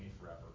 forever